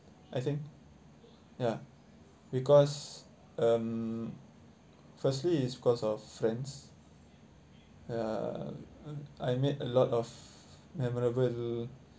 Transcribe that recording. I think ya because um firstly is because of friends ya I made a lot of memorable